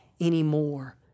anymore